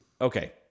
okay